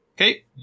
Okay